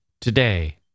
today